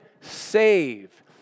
save